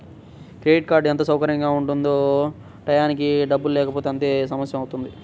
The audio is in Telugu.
క్రెడిట్ కార్డ్ ఎంత సౌకర్యంగా ఉంటుందో టైయ్యానికి డబ్బుల్లేకపోతే అంతే సమస్యవుతుంది